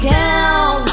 down